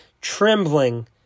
trembling